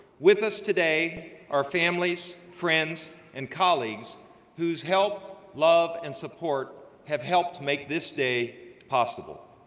with us today our families, friends, and colleagues whose help, love, and support have helped make this day possible.